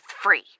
free